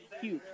huge